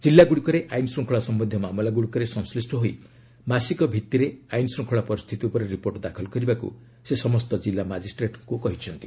କିଲ୍ଲାଗୁଡ଼ିକରେ ଆଇନ୍ ଶୃଙ୍ଖଳା ସମ୍ୟନ୍ଧୀୟ ମାମଲାଗୁଡ଼ିକରେ ସଂଶ୍ଳୀଷ୍ଟ ହୋଇ ମାସିକ ଭିତ୍ତିରେ ଆଇନ୍ଶ୍ରୁଙ୍ଗଳା ପରିସ୍ଥିତି ଉପରେ ରିପୋର୍ଟ ଦାଖଲ କରିବାକୁ ସେ ସମସ୍ତ କିଲ୍ଲା ମାଜିଷ୍ଟ୍ରେଟ୍ଙ୍କୁ କହିଚ୍ଛନ୍ତି